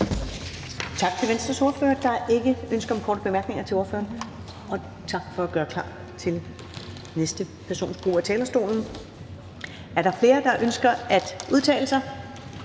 Tak til Venstres ordfører. Der er ikke ønske om korte bemærkninger til ordføreren. Også tak for at gøre klar til næste persons brug af talerstolen. Er der flere, der ønsker at udtale sig?